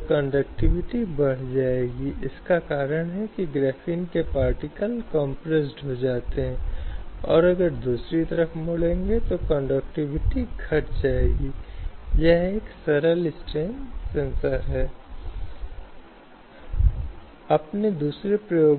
अब वह दूसरी स्थिति है जहाँ यौन आचरण में कमी है और वह गंभीरता से काम के प्रदर्शन या पूरे वातावरण के साथ हस्तक्षेप करता है जो काम कर रही महिलाओं को